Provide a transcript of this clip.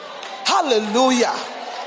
Hallelujah